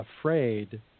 afraid